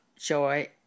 joy